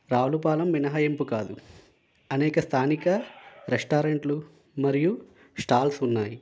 రావులపాలెం మినహాయింపు కాదు అనేక స్థానిక రెస్టారెంట్లు మరియు స్టాల్స్ ఉన్నాయి